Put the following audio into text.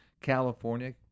California